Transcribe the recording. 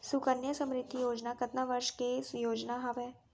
सुकन्या समृद्धि योजना कतना वर्ष के योजना हावे?